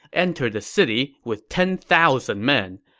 entered the city with ten thousand men.